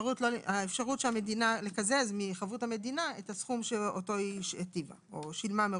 של המדינה לקזז מחבות המדינה את הסכום שאותו היטיבה או שילמה מראש.